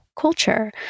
culture